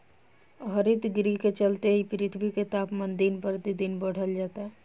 हरितगृह के चलते ही पृथ्वी के तापमान दिन पर दिन बढ़ल जाता